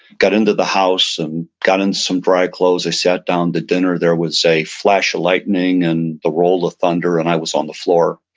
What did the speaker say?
got into the house, and got into some dry clothes. i sat down to dinner. there was a flash of lightening and the roll of thunder and i was on the floor.